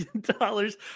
dollars